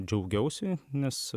džiaugiausi nes